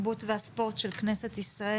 התרבות והספורט של כנסת ישראל.